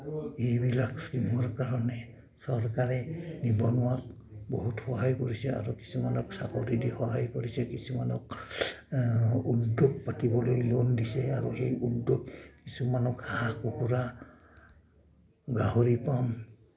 এইবিলাক স্কীমৰ কাৰণে চৰকাৰে নিবনুৱাক বহুত সহায় কৰিছে আৰু কিছুমানক চাকৰি দি সহায় কৰিছে কিছুমানক উদ্যোগ পাতিবলৈ লোন দিছে আৰু সেই উদ্যোগ কিছুমানক হাঁহ কুকুৰা গাহৰি পাম